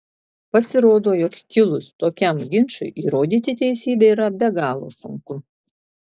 pasirodo jog kilus tokiam ginčui įrodyti teisybę yra be galo sunku